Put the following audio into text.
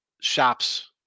shops